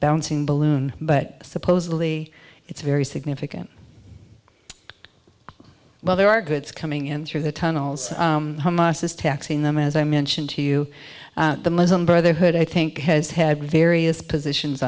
bouncing balloon but supposedly it's very significant well there are goods coming in through the tunnels hamas is taxing them as i mentioned to you the muslim brotherhood i think has had various positions